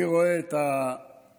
אני רואה את הביטחון,